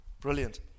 Brilliant